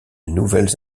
nouvelles